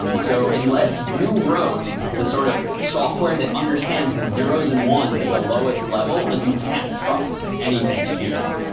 um so unless you wrote the sort of software that understands the zeros and ones at the lowest level, like, you can't trust anything we use.